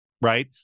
Right